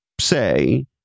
say